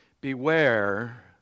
Beware